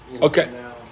Okay